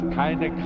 keine